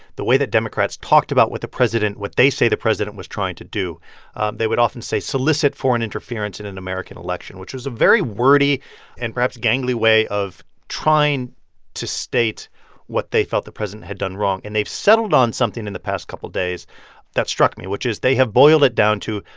the way democrats talked about what the president what they say the president was trying to do um they would often say solicit foreign interference in an american election, which is a very wordy and, perhaps, gangly way of trying to state what they felt the president had done wrong. and they've settled on something in the past couple of days that struck me, which is they have boiled it down to,